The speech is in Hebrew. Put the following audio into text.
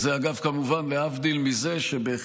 התחקיר, דרך אגב, מצורף לשאילתה.